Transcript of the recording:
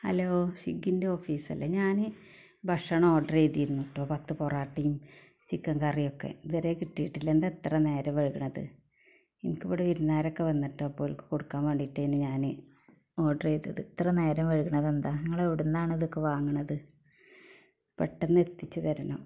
hello സ്വിഗ്ഗിൻടോഫീസ്സല്ലെ ഞാൻ ഭക്ഷണം ഓഡെർ ചെയ്തിരുന്നുട്ടൊ പത്ത് പൊറേട്ടേം ചിക്കങ്കറിയൊക്കെ ഇതുവരെ കിട്ടീട്ടില്ല എന്തിത്ര നേരം വൈക്ണത് ഇൻങ്കിവ്ടെ വിര്ന്ന് കാരക്കെ വന്നിട്ട് അപ്പോൾ ഓൽക്ക് കൊടുക്കാൻ വേണ്ടീട്ടാണ് ഞാൻ ഓഡെർ ചെയ്തത് ഇത്രെ നേരം വൈക്ണതെന്താ ഇങ്ങളെവിട്ന്നാണ് ഇതക്കെ വാങ്ങണത് പെട്ടന്ന് എത്തിച്ച് തരണം